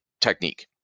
technique